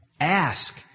Ask